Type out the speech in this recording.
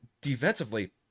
defensively